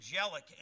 angelic